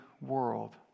world